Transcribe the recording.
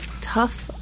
Tough